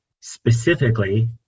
specifically